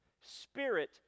spirit